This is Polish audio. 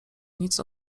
nic